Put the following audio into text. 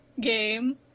game